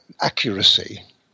accuracy